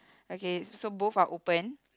okay so both are open